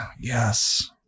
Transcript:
yes